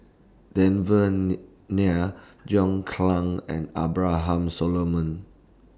Devan Nair John Clang and Abraham Solomon